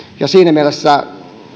ja siinä mielessä